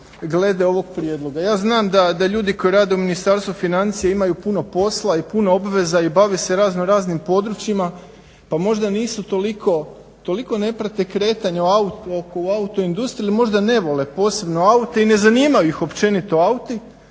glede ovog prijedloga. Ja znam da ljudi koji rade u Ministarstvu financija imaju puno posla i puno obveza i bave se raznoraznim područjima, pa možda nisu toliko, toliko ne prate kretanja oko autoindustrije, ili možda ne vole posebno aute i ne zanimaju ih općenito auti,